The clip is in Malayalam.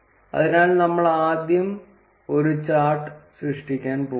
അതിനാൽ നമ്മൾ ആദ്യം ഒരു ചാർട്ട് സൃഷ്ടിക്കാൻ പോകും